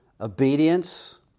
obedience